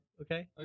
okay